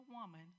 woman